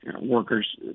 workers